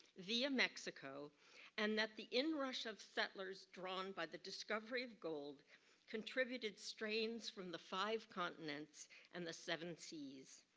via mexico and that the in rush of settlers drawn by the discovery of gold contributed strains from the five continents and the seven seas.